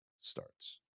starts